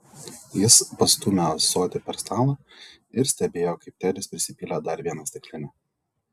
jis pastūmė ąsotį per stalą ir stebėjo kaip tedis prisipylė dar vieną stiklinę